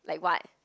like what